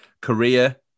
Korea